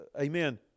amen